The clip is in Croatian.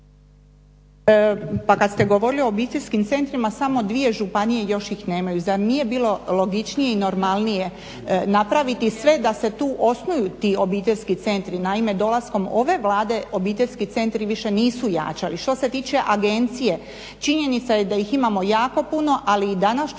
Pa kad ste govorili o obiteljskim centrima samo dvije županije još ih nemaju. Zar nije bilo logičnije i normalnije napraviti sve da se tu osnuju ti obiteljski centri? Naime, dolaskom ove Vlade obiteljski centri više nisu jačali. Što se tiče agencije, činjenica je da ih imamo jako puno ali i danas čujemo